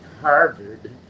Harvard